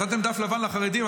נתתם דף לבן לחרדים,